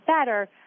better